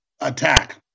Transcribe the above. attack